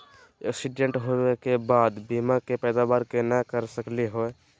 Accident होवे के बाद बीमा के पैदावार केना कर सकली हे?